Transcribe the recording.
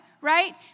right